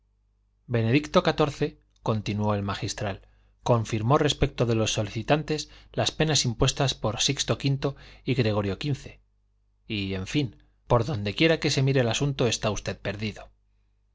ojo benedicto xiv continuó el magistral confirmó respecto de los solicitantes las penas impuestas por sixto v y gregorio xv y en fin por donde quiera que se mire el asunto está usted perdido